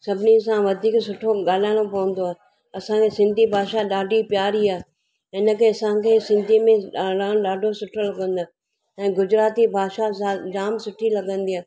सभिनी सां वधीक सुठो ॻाल्हाइणो पवंदो आहे असांजे सिंधी भाषा ॾाढी प्यारी आहे हिनखे असांखे सिंधी में ॻाल्हाइणु ॾाढो सुठो लॻंदो आहे ऐं गुजराती भाषा सा जाम सुठी लॻंदी आहे